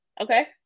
Okay